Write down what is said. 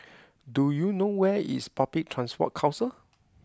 do you know where is Public Transport Council